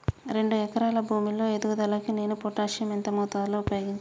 రెండు ఎకరాల భూమి లో ఎదుగుదలకి నేను పొటాషియం ఎంత మోతాదు లో ఉపయోగించాలి?